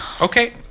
Okay